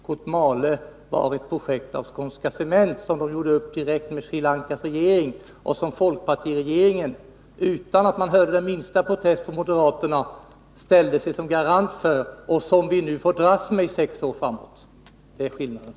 Kotmale var ett projekt av Skånska Cement som gjorde upp direkt med Sri Lankas regering, ett projekt som folkpartiregeringen, utan att man hörde de minsta protester från moderaterna, ställde sig såsom garant för och som vi nu får dras med i sex år framåt. Det är skillnaden.